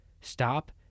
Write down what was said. stop